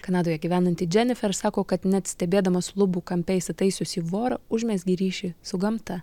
kanadoje gyvenanti dženifer sako kad net stebėdamas lubų kampe įsitaisiusį vorą užmezgi ryšį su gamta